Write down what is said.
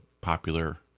popular